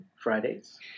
Fridays